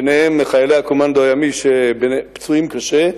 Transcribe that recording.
ביניהם חיילי הקומנדו הימי שפצועים קשה,